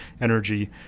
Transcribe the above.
energy